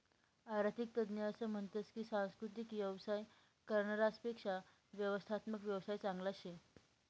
आरर्थिक तज्ञ असं म्हनतस की सांस्कृतिक येवसाय करनारास पेक्शा व्यवस्थात्मक येवसाय चांगला शे